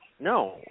No